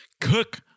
Cook